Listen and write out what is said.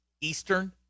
Eastern